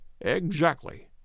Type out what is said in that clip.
Exactly